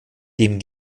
dem